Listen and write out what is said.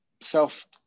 self